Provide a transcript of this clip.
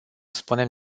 spunem